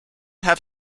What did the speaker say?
have